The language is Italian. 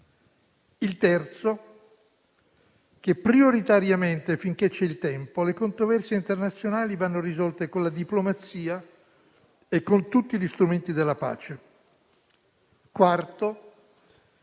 Il terzo punto: prioritariamente, finché c'è il tempo, le controversie internazionali vanno risolte con la diplomazia e con tutti gli strumenti della pace. Il quarto